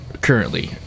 currently